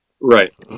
Right